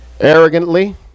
Arrogantly